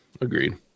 agreed